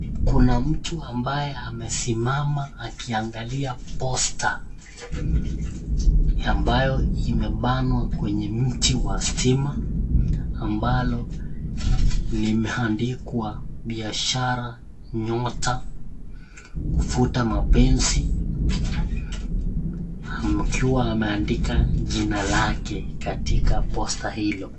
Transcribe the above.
Kuna mtu ambaye amesimama akiangalia posta ambayo imebanwa kwenye mti wa stima ambalo limeandikwa biashara nyota, kuvuta mapenzi akiwa ameandika jina lake katika posta hilo.